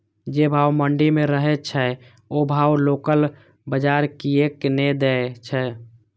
जे भाव मंडी में रहे छै ओ भाव लोकल बजार कीयेक ने दै छै?